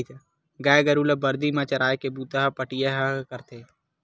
गाय गरु ल बरदी म चराए के बूता ह पहाटिया के ही रहिथे